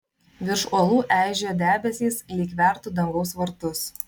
virš uolų eižėjo debesys lyg vertų dangaus vartus